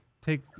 take